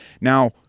now